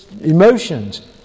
emotions